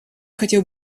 хотел